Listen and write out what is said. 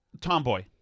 Tomboy